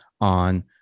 on